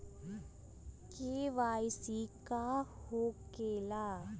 KYC का हो के ला?